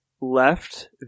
left